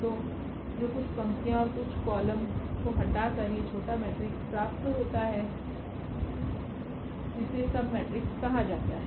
तो जो कुछ पंक्तियों और कुछ कॉलम को हटाकर यह छोटा मेट्रिक्स प्राप्त होता है जिसे सब मेट्रिक्स कहा जाता है